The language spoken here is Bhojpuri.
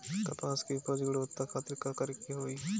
कपास के उपज की गुणवत्ता खातिर का करेके होई?